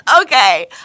Okay